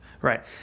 Right